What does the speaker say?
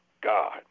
God